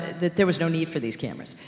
that there was no need for these cameras.